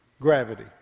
gravity